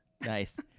Nice